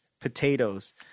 Potatoes